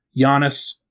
Giannis